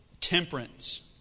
temperance